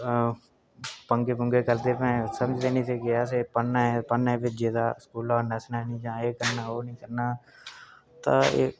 में तुसेंगी अपने बारै सनान्नां मेरा दोस्त हा इक बारी केह् कीता जे में स्कूलै नस्सेआ